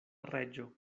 reĝo